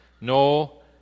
No